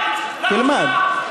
תלמד.